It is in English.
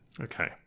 Okay